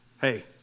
Hey